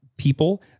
People